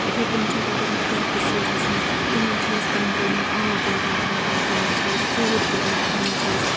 اِتھَے کٔنۍ چھِ پَتہٕ رٮ۪تہٕ کٲلۍ کِس سیٖزنَس منٛز تِمَن چھِ أسۍ کَنٹِنیوٗ آب روزان ترٛاوان تِمَن چھِ أسۍ ژوٗڈ دِوان تِمَن چھِ أسۍ